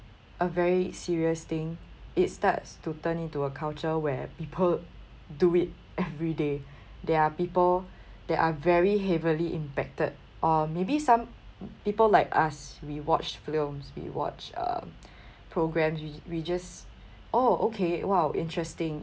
a very serious thing it starts to turn into a culture where people do it every day there are people that are very heavily impacted or maybe some people like us we watch films we watch um programmes we we just oh okay !wow! interesting